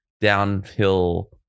downhill